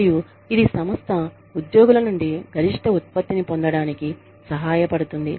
మరియు ఇది సంస్థ ఉద్యోగుల నుండి గరిష్ట ఉత్పత్తిని పొందడానికి సహాయపడుతుంది